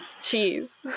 cheese